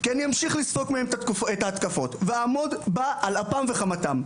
כי אני אמשיך לספוג מהם את ההתקפות ואעמוד בהן על אפם וחמתם.